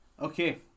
Okay